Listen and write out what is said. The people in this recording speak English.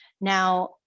Now